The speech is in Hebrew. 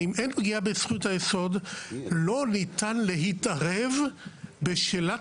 ואם אין פגיעה בזכות היסוד לא ניתן להתערב בשאלת